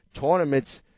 Tournaments